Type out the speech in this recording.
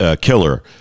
killer